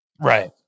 Right